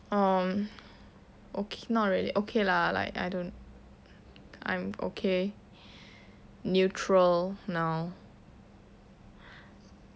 um okay not really okay lah like I don't I'm okay neutral now